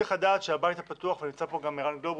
צריך לדעת שהבית הפתוח ונמצא פה גם ערן גלובוס,